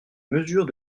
mesures